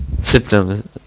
Symptoms